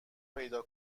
پیدا